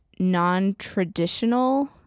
non-traditional